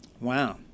Wow